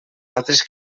altres